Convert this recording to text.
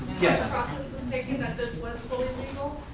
process was taken that this was fully legal,